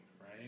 right